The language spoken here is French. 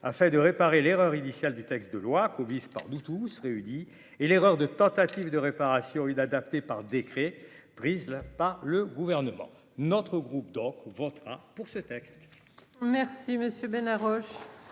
afin de réparer l'erreur initiale du texte de loi par Bluetooth réunis et l'erreur de tentative de réparation inadapté par décret prise là pas le gouvernement, notre groupe d'votera pour ce texte. Merci monsieur